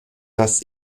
das